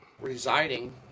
residing